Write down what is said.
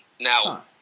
Now